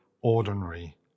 ordinary